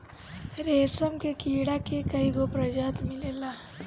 रेशम के कीड़ा के कईगो प्रजाति मिलेला